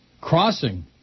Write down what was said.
Crossing